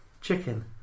Chicken